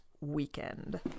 weekend